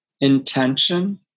Intention